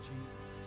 Jesus